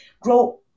grow